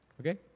okay